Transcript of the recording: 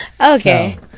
Okay